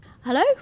Hello